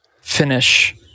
finish